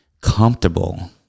comfortable